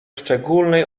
szczególnej